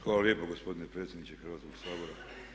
Hvala lijepa gospodine predsjedniče Hrvatskoga sabora.